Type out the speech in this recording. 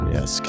Yes